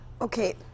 Okay